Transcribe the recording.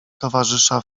towarzysza